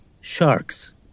sharks